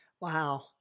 Wow